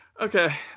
Okay